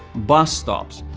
bus stops,